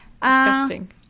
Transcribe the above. Disgusting